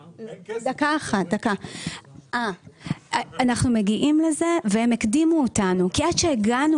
אנחנו מגיעים והם הקדימו אותנו כי עד שהגענו